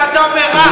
ואתה אומר "רק"?